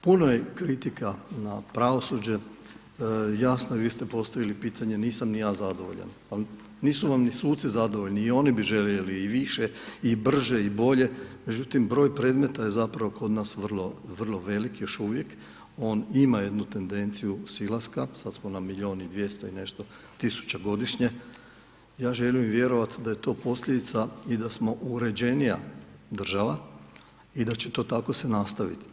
Puno je kritika na pravosuđe, jasno vi ste postavili pitanje, nisam ni ja zadovoljan, al nisu vam ni suci zadovoljni i oni bi željeli i više i brže i bolje, međutim broj predmeta je zapravo kod vrlo, vrlo velik još uvijek, on ima jednu tendenciju silaska, sad smo na milion i 200 i nešto tisuća godišnje, ja želim vjerovat da je to posljedica i da smo uređenija država i će to tako se nastaviti.